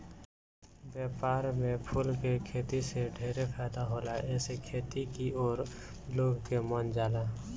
व्यापार में फूल के खेती से ढेरे फायदा होला एसे खेती की ओर लोग के मन जाला